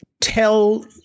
Tell